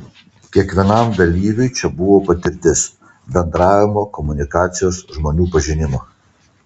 kiekvienam dalyviui čia buvo patirtis bendravimo komunikacijos žmonių pažinimo